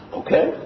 okay